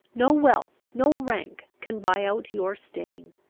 no wealth, no rank, can buy out your stain.